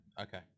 Okay